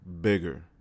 bigger